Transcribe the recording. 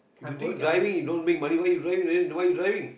if you did driving you don't make money why you doing dri~ why you driving